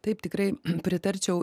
taip tikrai pritarčiau